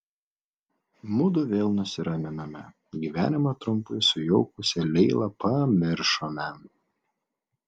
mudu vėl nusiraminome gyvenimą trumpai sujaukusią leilą pamiršome